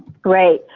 great.